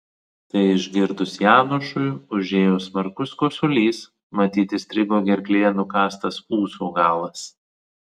tai išgirdus janošui užėjo smarkus kosulys matyt įstrigo gerklėje nukąstas ūso galas